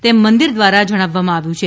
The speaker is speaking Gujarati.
તેમ મંદિર દ્વારા જણાવવામાં આવ્યું છે